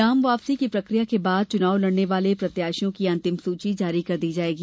नाम वापसी की प्रक्रिया के बाद चुनाव लड़ने वाले प्रत्याशियों की अन्तिम सूची जारी कर दी जायेगी